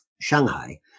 Shanghai